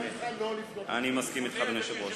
אני מסכים אתך, אדוני היושב-ראש.